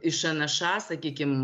iš nša sakykim